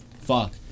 fuck